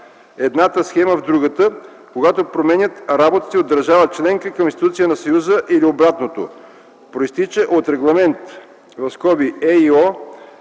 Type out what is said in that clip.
едната схема в другата, когато променят работата си от държава-членка към институция на Съюза или обратното, произтича от Регламент (ЕИО,